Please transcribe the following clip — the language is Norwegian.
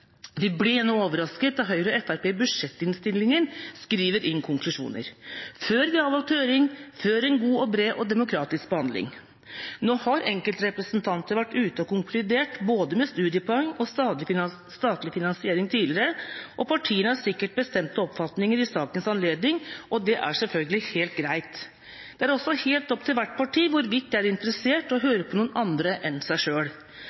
vi så fram til stortingsarbeidet. Vi ble noe overrasket da Høyre og Fremskrittspartiet i budsjettinnstillinga skrev inn konklusjoner – før vi har hatt høring, før en god, bred og demokratisk behandling. Nå har enkeltrepresentanter vært ute og konkludert med både studiepoeng og statlig finansiering tidligere, og partiene har sikkert bestemte oppfatninger i sakens anledning, og det er selvfølgelig helt greit. Det er også opp til hvert parti hvorvidt man er interessert i å høre på andre enn seg